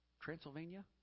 Transylvania